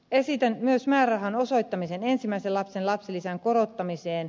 esitän myös määrärahan osoittamista ensimmäisen lapsen lapsilisän korottamiseen